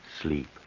sleep